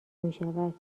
میشود